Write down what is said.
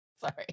Sorry